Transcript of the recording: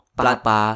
papa